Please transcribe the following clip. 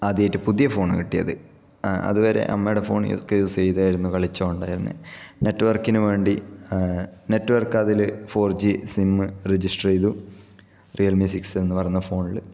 ആദ്യമായിട്ട് പുതിയ ഫോണ് കിട്ടിയത് അതുവരെ അമ്മയുടെ ഫോണൊക്കെ യൂസ് ചെയ്തായിരുന്നു കളിച്ചുകൊണ്ടിരുന്നത് നെറ്റ് വർക്കിന് വേണ്ടി നെറ്റ് വർക്ക് അതില് ഫോർ ജി സിമ്മ് രജിസ്റ്റർ ചെയ്തു റിയൽമി സിക്സ് എന്ന് പറയുന്ന ഫോണില്